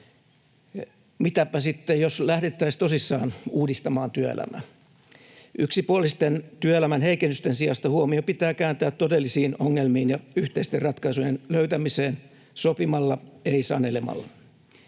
Mitäpä sitten jos lähdettäisiin tosissaan uudistamaan työelämää? Yksipuolisten työelämän heikennysten sijasta huomio pitää kääntää todellisiin ongelmiin ja yhteisten ratkaisujen löytämiseen sopimalla, ei sanelemalla.